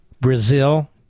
Brazil